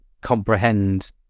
comprehend